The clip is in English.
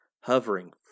hovering